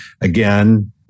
Again